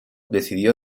decidió